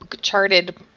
charted